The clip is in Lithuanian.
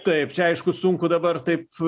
taip čia aišku sunku dabar taip